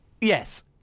yes